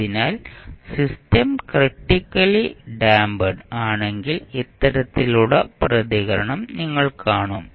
അതിനാൽ system critically damp ആണെങ്കിൽ ഇത്തരത്തിലുള്ള പ്രതികരണം നിങ്ങൾ കാണും